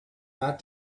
that